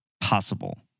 possible